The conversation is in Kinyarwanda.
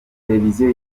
televiziyo